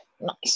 Nice